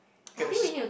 okay the sh~